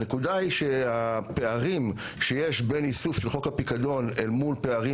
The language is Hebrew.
הנקודה היא שהפערים שיש בין איסוף לחוק הפיקדון אל מול פערים